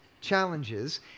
challenges